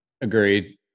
Agreed